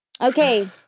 Okay